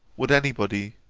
would any body,